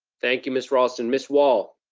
thank you, miss raulston. miss wall?